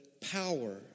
power